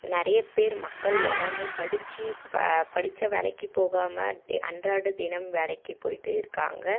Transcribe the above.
நிறைய பேர் மக்கள் எல்லாமே படிச்சி ப படிச்ச வேலைக்கு போகாமல் டெ அன்றாட தினம் வேலைக்கு போயிட்டு இருக்காங்கள்